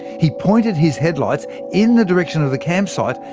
he pointed his headlights in the direction of the campsite,